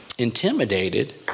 intimidated